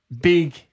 big